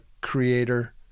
Creator